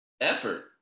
Effort